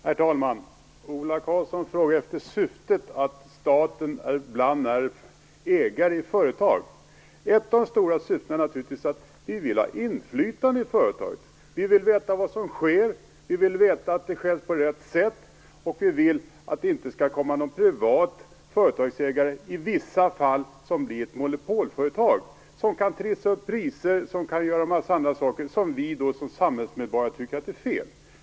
Herr talman! Ola Karlsson frågar efter syftet med att staten ibland är ägare av företag. Ett av de stora syftena är naturligtvis att vi vill ha inflytande i företaget, att vi vill veta vad som sker, att det sker på rätt sätt och att det inte skall komma någon privat företagsägare, som i vissa fall gör att att det blir ett monopolföretag, som kan trissa upp priser och göra en massa andra saker som vi som samhällsmedborgare tycker är fel.